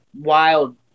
wild